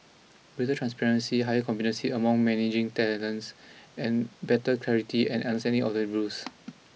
greater transparency higher competency among managing and better clarity and understanding of the rules